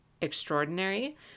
extraordinary